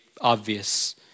obvious